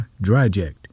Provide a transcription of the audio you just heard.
Dryject